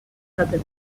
izaten